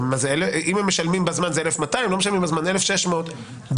אם הם משלמים בזמן זה 1,200 אם לא משלמים בזמן 1,600 בשנה,